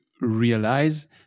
realize